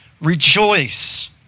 rejoice